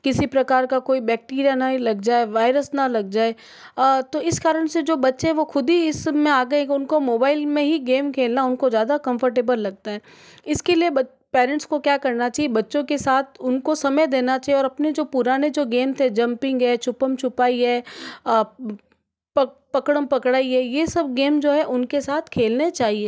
किसी प्रकार का कोई बैक्टीरिया नहीं लग जाए वायरस न लग जाए तो इस कारण से जो बच्चे है वह ख़ुद ही इस समय आ गए कि उनको मोबाइल में ही गेम खेलना उनको ज़्यादा कंफर्टेबल लगता है इसके लिए पेरेंट्स को क्या करना चाहिए बच्चों के साथ उनको समय देना चाहिए और अपने जो पुराने जो गेम थे जंपिंग है छुपम छुपाइ है पकड़म पकड़ाई यह सब गेम जो है उनके साथ खेलने चाहिए